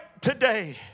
today